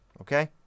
Okay